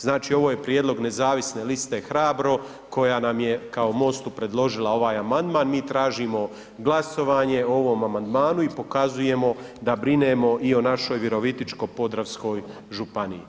Znači ovo je prijedlog Nezavisne liste „Hrabro“ koja nam je kao MOST-u predložila ovaj amandman, mi tražimo glasovanje o ovom amandmanu i pokazujemo da brinemo i o našoj Virovitičko-podravskoj županiji.